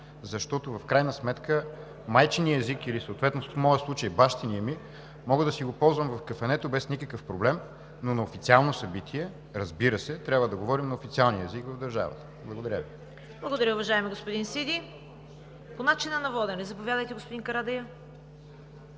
защото в крайна сметка майчиният език, или съответно в моя случай – бащиният, мога да си го ползвам в кафенето без никакъв проблем, но на официално събитие, разбира се, трябва да говорим на официалния език в държавата. Благодаря Ви. ПРЕДСЕДАТЕЛ ЦВЕТА КАРАЯНЧЕВА: Благодаря, уважаеми господин Сиди. По начина на водене – заповядайте, господин Карадайъ.